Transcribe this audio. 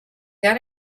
got